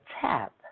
tap